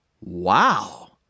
Wow